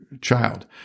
child